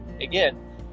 again